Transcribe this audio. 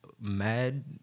mad